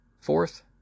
Fourth